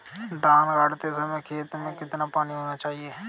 धान गाड़ते समय खेत में कितना पानी होना चाहिए?